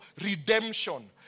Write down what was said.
redemption